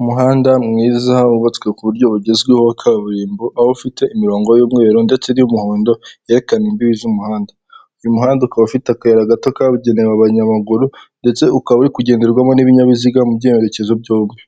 Umuhanda mwiza wubatswe ku buryo bugezweho wa kaburimbo, aho ufite imirongo y'umweru ndetse n’iy'umuhondo yerekana imbibi z'umuhanda. Uyu muhanda ukaba ufite akayira gato kagenewe abanyamaguru, ndetse ukaba uri kugenderwamo n'ibinyabiziga mu byerekezo byombi.